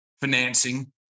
financing